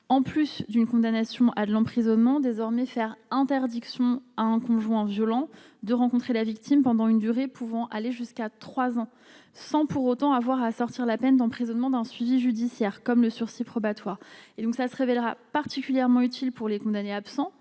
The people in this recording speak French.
en plus d'une condamnation à l'emprisonnement désormais faire interdiction à un conjoint violent de rencontrer la victime pendant une durée pouvant aller jusqu'à 3 ans, sans pour autant avoir à assortir la peine d'emprisonnement d'un suivi judiciaire comme le sursis probatoire et donc ça se révélera particulièrement utile pour les condamnés absents,